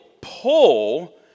pull